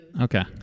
Okay